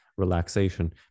relaxation